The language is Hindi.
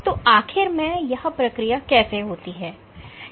तो आखिर में यह प्रक्रिया कैसे होती है